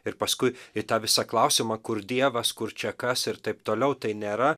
ir paskui į tą visą klausimą kur dievas kur čia kas ir taip toliau tai nėra